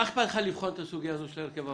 אכפת לך לבחון את הסוגיה הזאת של הרכב הוועדה?